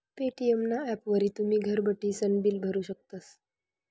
Paytm ना ॲपवरी तुमी घर बठीसन बिल भरू शकतस